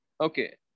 okay